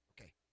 Okay